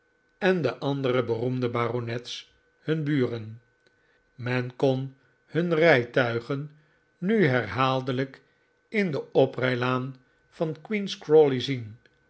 en de andere beroemde baronets hun buren men kon hun rijtuigen nu herhaaldelijk in de oprijlaan van queen's crawley zien